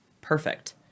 perfect